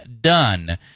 done